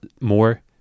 more